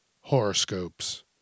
horoscopes